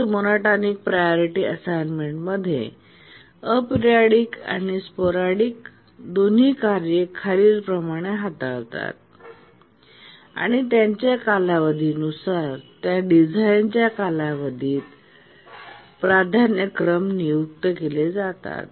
rate monotonic priority assignment मध्ये aperiodic आणि sporadic दोन्ही कार्ये खालीलप्रमाणे हाताळतात आणि त्यांच्या कालावधी नुसार त्या डिझाइनच्या कालावधीत प्राधान्यक्रम नियुक्त केले जातात